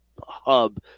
hub